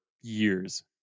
years